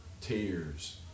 tears